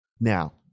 Now